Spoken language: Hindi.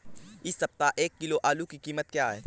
इस सप्ताह एक किलो आलू की कीमत क्या है?